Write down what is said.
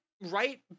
right